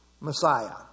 Messiah